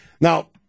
Now